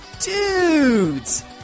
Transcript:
Dudes